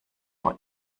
vor